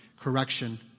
correction